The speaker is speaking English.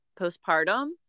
postpartum